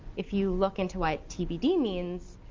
if you look into what tbd means,